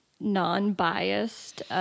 non-biased